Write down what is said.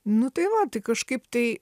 nu tai va tai kažkaip tai